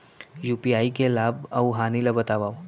UPI के लाभ अऊ हानि ला बतावव